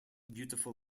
beautiful